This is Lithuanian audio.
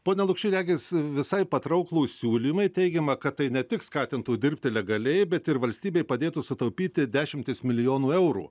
pone lukšy regis visai patrauklūs siūlymai teigiama kad tai ne tik skatintų dirbti legaliai bet ir valstybei padėtų sutaupyti dešimtis milijonų eurų